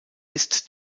ist